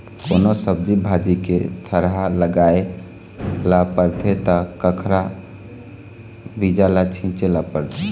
कोनो सब्जी भाजी के थरहा लगाए ल परथे त कखरा बीजा ल छिचे ल परथे